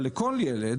אבל לכל ילד,